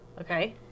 Okay